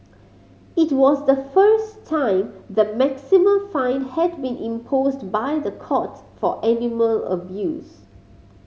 it was the first time the maximum fine had been imposed by the courts for animal abuse